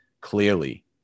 clearly